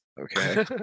okay